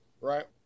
Right